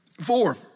four